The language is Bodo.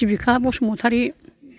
सिबिखा बसुमतारी